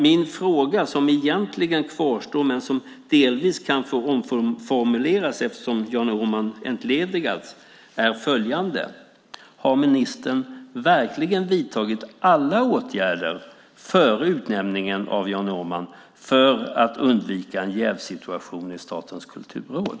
Min fråga, som egentligen kvarstår men som delvis kan få omformuleras eftersom Jan Åman har entledigats är följande: Har ministern verkligen vidtagit alla åtgärder före utnämningen av Jan Åman för att undvika en jävssituation i Statens kulturråd?